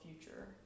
future